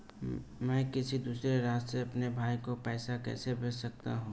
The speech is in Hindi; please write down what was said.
मैं किसी दूसरे राज्य से अपने भाई को पैसे कैसे भेज सकता हूं?